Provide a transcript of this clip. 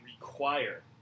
require